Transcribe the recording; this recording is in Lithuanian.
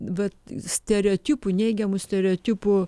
vat stereotipų neigiamų stereotipų